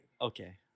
Okay